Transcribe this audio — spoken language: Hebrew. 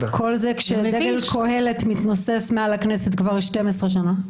כל זה כאשר דגל קהלת מתנוסס מעל הכנסת כבר 12 שנים.